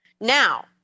Now